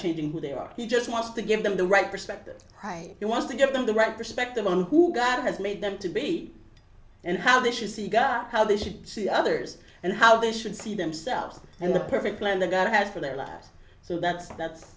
changing who they are he just wants to give them the right perspective i want to give them the right perspective on who god has made them to be and how this is the guy how they should see others and how they should see themselves and the perfect plan that god has for their lives so that's that's